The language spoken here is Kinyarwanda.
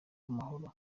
amahoro